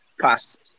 pass